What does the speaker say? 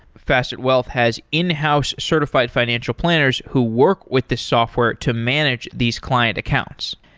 facet wealth has in-house certified financial planners who work with the software to manage these client accounts.